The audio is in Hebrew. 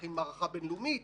להכין מערכה בין-לאומית,